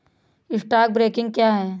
Stock broking क्या है?